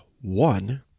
one